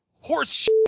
Horse